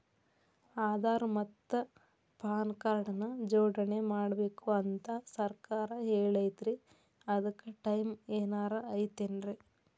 ಆಧಾರ ಮತ್ತ PAN card ನ ಜೋಡಣೆ ಮಾಡ್ಬೇಕು ಅಂತಾ ಸರ್ಕಾರ ಹೇಳೈತ್ರಿ ಅದ್ಕ ಟೈಮ್ ಏನಾರ ಐತೇನ್ರೇ?